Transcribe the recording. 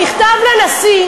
המכתב לנשיא,